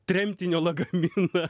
tremtinio lagaminą